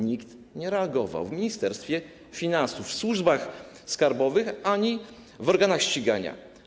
Nie reagował nikt w Ministerstwie Finansów, w służbach skarbowych ani w organach ścigania.